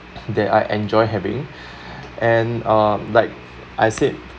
that I enjoy having and uh like I said